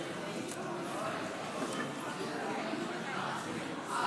ההסתייגות לא התקבלה.